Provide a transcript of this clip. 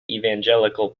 evangelical